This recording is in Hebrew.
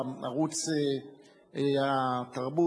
ערוץ התרבות,